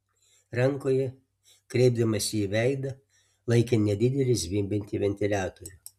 rankoje kreipdamas jį į veidą laikė nedidelį zvimbiantį ventiliatorių